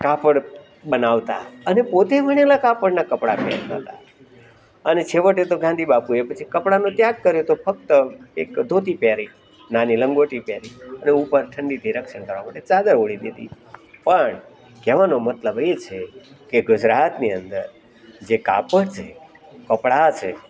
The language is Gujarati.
કાપડ બનાવતા હતા અને પોતે વણેલા કાપડના પહેરતા હતા અને છેવટે તો ગાંધી બાપુ એ કપડાનો ત્યાગ કર્યો હતો ફક્ત એક ધોતી પહેરી એક નાની લંગોટી પહેરી અને ઉપર ઠંડીથી રક્ષણ કરવા માટે ચાદર ઓઢી લેતા પણ કહેવાનો મતલબ એ છે કે ગુજરાતની અંદર જે કાપડ છે કપડા છે